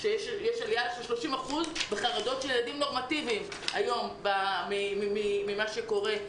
עלייה של 30% בחרדות של ילדים נורמטיביים ממה שקורה,